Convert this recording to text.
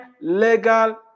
legal